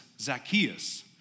Zacchaeus